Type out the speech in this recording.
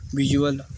visual